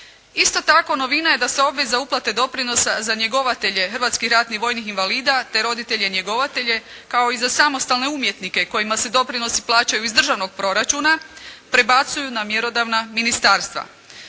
Isto tako novina je da se obveza uplate doprinosa za njegovatelja hrvatskih ratnih vojnih invalida, te roditelje njegovatelje, kao i za samostalne umjetnike kojima se doprinosi plaćaju iz državnog proračuna prebacuju na mjerodavna ministarstva.